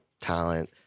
talent